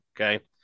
okay